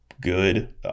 good